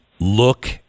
look